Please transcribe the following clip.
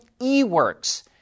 eWorks